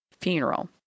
funeral